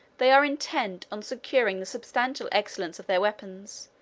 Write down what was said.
they are intent on securing the substantial excellence of their weapons,